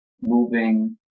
moving